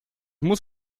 muss